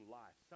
life